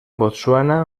botsuana